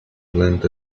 land